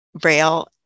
Braille